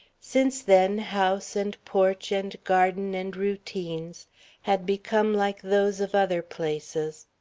since then house and porch and garden and routines had become like those of other places.